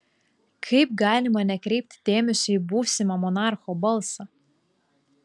kaip galima nekreipti dėmesio į būsimo monarcho balsą